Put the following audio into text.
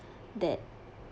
that